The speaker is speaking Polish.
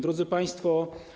Drodzy Państwo!